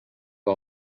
que